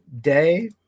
day